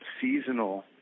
seasonal